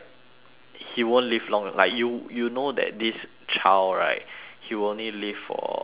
he won't live long like you you know that this child right he will only live for say